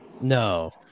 No